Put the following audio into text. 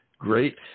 Great